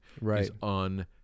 right